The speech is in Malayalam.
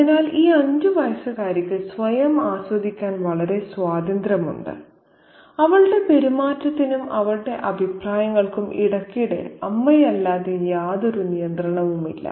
അതിനാൽ ഈ അഞ്ച് വയസ്സുകാരിക്ക് സ്വയം ആസ്വദിക്കാൻ വളരെ സ്വാതന്ത്ര്യമുണ്ട് അവളുടെ പെരുമാറ്റത്തിനും അവളുടെ അഭിപ്രായങ്ങൾക്കും ഇടയ്ക്കിടെ അമ്മയല്ലാതെ യാതൊരു നിയന്ത്രണവുമില്ല